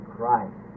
Christ